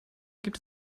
gibt